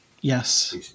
Yes